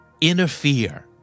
Interfere